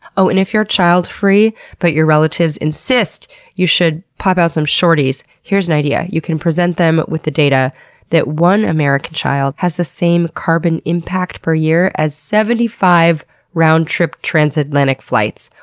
oh, and if you're childfree but your relatives insist you should pop out some shorties, here's an idea you can present them with the data that one american child has the same carbon impact per year as seventy five roundtrip transatlantic flights,